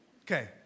Okay